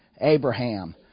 Abraham